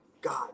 God